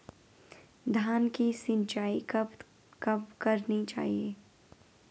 धान की सिंचाईं कब कब करनी चाहिये?